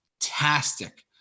fantastic